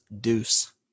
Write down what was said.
deuce